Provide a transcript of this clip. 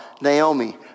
Naomi